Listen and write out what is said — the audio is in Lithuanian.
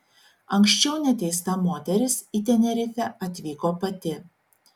anksčiau neteista moteris į tenerifę atvyko pati